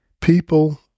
people